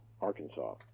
Arkansas